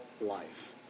life